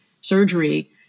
surgery